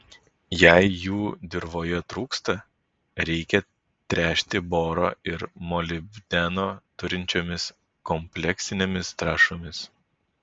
jei jų dirvoje trūksta reikia tręšti boro ir molibdeno turinčiomis kompleksinėmis trąšomis